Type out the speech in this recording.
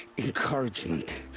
encouragement.